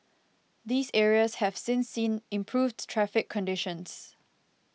these areas have since seen improved traffic conditions